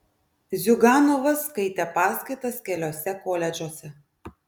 ziuganovas skaitė paskaitas keliuose koledžuose